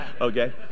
Okay